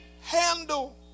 handle